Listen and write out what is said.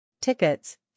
Tickets